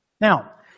Now